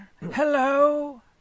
Hello